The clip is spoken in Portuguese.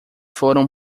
foram